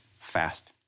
fast